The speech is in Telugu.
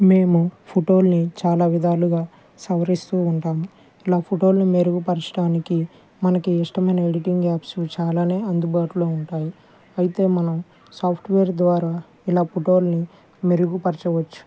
మేము ఫోటో లను చాలా విధాలుగా సవరిస్తు ఉంటాము ఇలా ఫోటో లను మెరుగుపరచడానికి మనకి ఇష్టమైన ఎడిటింగ్ యాప్స్ చాలానే అందుబాటులో ఉంటాయి అయితే మనం సాఫ్ట్ వేర్ ద్వారా ఇలా ఫోటో లను మెరుగుపరచవచ్చు